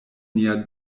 nia